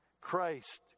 Christ